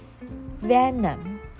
venom